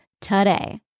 today